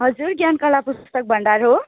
हजुर ज्ञानकला पुस्तक भण्डार हो